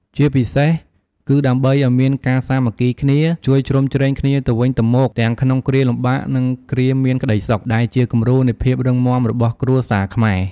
ជាពិសេស គឺដើម្បីឲ្យមានការសាមគ្គីគ្នា ជួយជ្រោមជ្រែងគ្នាទៅវិញទៅមក ទាំងក្នុងគ្រាលំបាក និងគ្រាមានក្តីសុខ ដែលជាគំរូនៃភាពរឹងមាំរបស់គ្រួសារខ្មែរ។